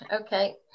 okay